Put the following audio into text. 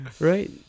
right